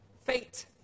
fate